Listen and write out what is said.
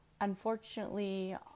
unfortunately